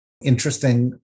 interesting